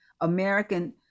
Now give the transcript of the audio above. American